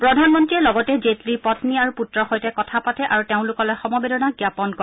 প্ৰধানমন্ত্ৰীয়ে লগতে জেটলীৰ পন্নী আৰু পুত্ৰৰ সৈতে কথা পাতে আৰু তেওঁলোকলৈ সমবেদনা জ্ঞাপন কৰে